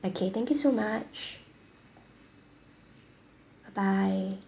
okay thank you so much bye bye